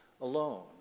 alone